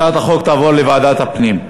הצעת החוק תעבור לוועדת הפנים.